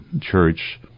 church